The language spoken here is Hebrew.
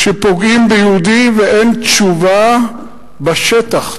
שפוגעים ביהודי ואין תשובה בשטח,